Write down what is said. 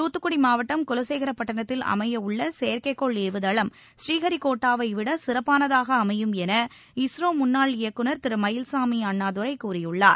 தூத்துக்குடி மாவட்டம் குலசேகரப்பட்டினத்தில் அமைய உள்ள செயற்கைக்கோள் ஏவுதளம் பூரீஹரிகோட்டாவைவிட சிறப்பானதாக அமையும் என இஸ்ரோ முன்னாள் இயக்குநர் திரு மயில்சாமி அண்ணாதுரை கூறியுள்ளார்